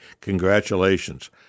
Congratulations